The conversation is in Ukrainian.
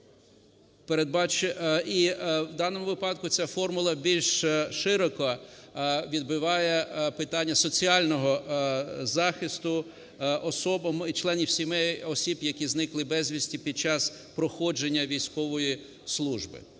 В даному випадку ця формула більш широко відбиває питання соціального захисту членів сімей осіб, які зникли безвісти під час проходження військової служби.